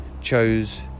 chose